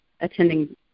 attending